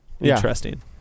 interesting